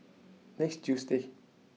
next Tuesday